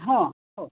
हो हो